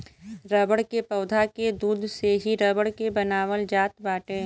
rubber के पौधा के दूध से ही रबर के बनावल जात बाटे